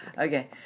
okay